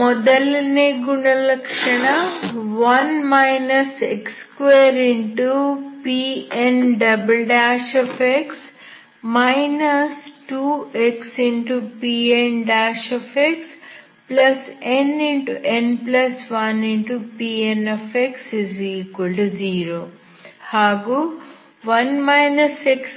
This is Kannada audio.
ಮೊದಲನೇ ಗುಣಲಕ್ಷಣ 1 x2Pnx 2xPnxnn1Pnx0 ಹಾಗೂ 1 x2Pmx